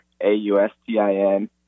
A-U-S-T-I-N